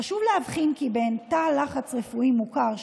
חשוב להבחין בין תא לחץ רפואי מוכר,